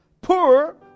poor